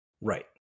right